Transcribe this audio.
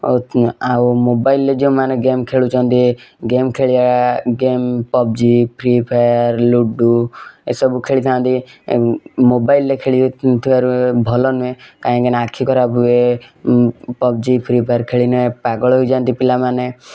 ଆଉ ମୋବାଇଲରେ ଯେଉଁମାନେ ଗେମ୍ ଖେଳୁଛନ୍ତି ଗେମ୍ ଖେଳିବା game PUBG free fire Ludo ଏସବୁ ଖେଳିଥାନ୍ତି ମୋବାଇଲରେ ଖେଳୁଥିବାରୁ ଭଲ ନୁହେଁ କାହିଁକିନା ଆଖି ଖରାପ ହୁଏ ପବ୍ଜି ଫ୍ରି ଫାୟାର୍ ଖେଳିଲେ ପାଗଳ ହୋଇଯାନ୍ତି ପିଲାମାନେ